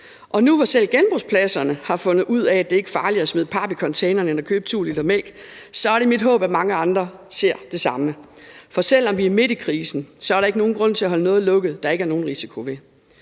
Og nu, hvor selv genbrugspladserne har fundet ud af, at det ikke er farligere at smide pap i containeren end at købe 2 l mælk, er det mit håb, at mange andre ser det samme. For selv om vi er midt i krisen, er der ikke nogen grund til at holde noget lukket, der ikke er nogen risiko ved